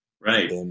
right